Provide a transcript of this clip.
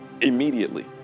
immediately